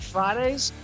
Fridays